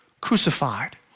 crucified